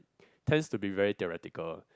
tends to be very theoretical